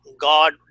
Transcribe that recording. God